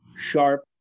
sharp